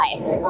life